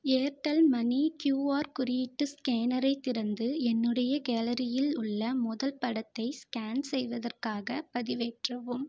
Airtel money QR குறியீட்டு ஸ்கேனரை திறந்து என்னுடைய கேலரியில் உள்ள முதல் படத்தை ஸ்கேன் செய்வதற்காகப் பதிவேற்றவும்